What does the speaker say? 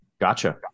Gotcha